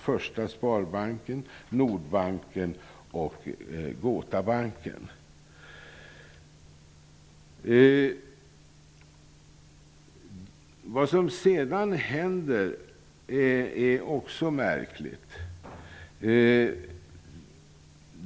Första Sparbanken, Nordbanken och Vad som sedan händer är också märkligt.